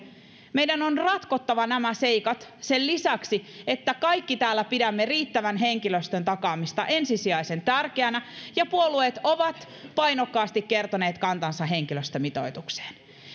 meidän on ratkottava nämä seikat sen lisäksi että kaikki täällä pidämme riittävän henkilöstön takaamista ensisijaisen tärkeänä ja puolueet ovat painokkaasti kertoneet kantansa henkilöstömitoitukseen